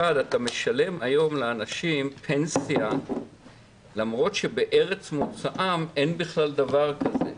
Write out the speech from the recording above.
1. אתה משלם היום לאנשים פנסיה למרות שבארץ מוצאם אין בכלל דבר כזה.